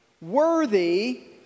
worthy